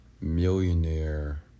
millionaire